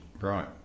Right